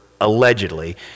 allegedly